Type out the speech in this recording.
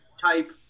type